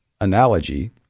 analogy